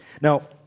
Now